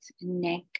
neck